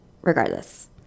regardless